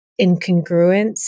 incongruence